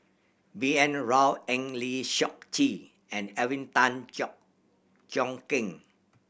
B N Rao Eng Lee Seok Chee and Alvin Tan Cheong Kheng